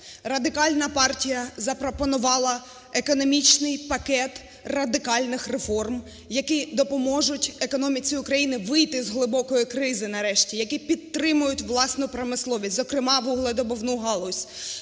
Радикальна партія запропонувала економічний пакет радикальних реформ, які допоможуть економіці України вийти з глибокої кризи нарешті, які підтримують власну промисловість, зокрема, вугледобувну галузь.